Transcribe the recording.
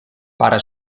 para